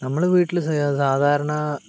നമ്മള് വീട്ടില് സാധാരണ